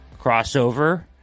crossover